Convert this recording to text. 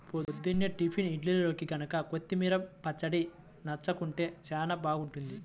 పొద్దున్నే టిఫిన్ ఇడ్లీల్లోకి గనక కొత్తిమీర పచ్చడి నన్జుకుంటే చానా బాగుంటది